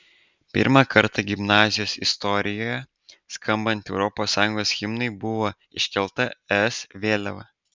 pirmą kartą gimnazijos istorijoje skambant europos sąjungos himnui buvo iškelta es vėliava